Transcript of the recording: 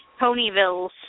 ponyvilles